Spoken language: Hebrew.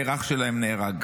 מאיר, אח שלהם נהרג.